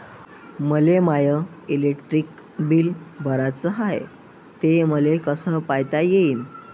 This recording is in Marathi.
मले माय इलेक्ट्रिक बिल भराचं हाय, ते मले कस पायता येईन?